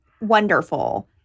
wonderful